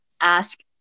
ask